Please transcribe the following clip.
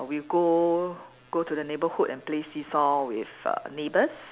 we go go to the neighbourhood and play seesaw with err neighbours